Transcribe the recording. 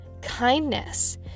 kindness